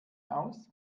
aus